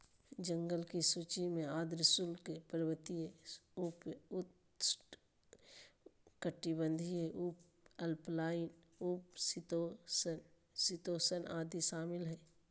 जंगल की सूची में आर्द्र शुष्क, पर्वतीय, उप उष्णकटिबंधीय, उपअल्पाइन, उप शीतोष्ण, शीतोष्ण आदि शामिल हइ